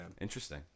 Interesting